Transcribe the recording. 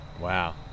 Wow